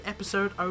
Episode